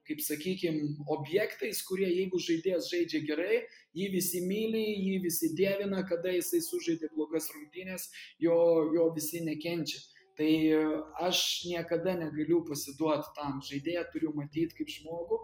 kaip sakykim objektais kurie jeigu žaidėjas žaidžia gerai jį visi myli jį visi dievina kada jisai sužaidė blogas rungtynes jo jo visi nekenčia tai aš niekada negaliu pasiduot tam žaidėją turiu matyt kaip žmogų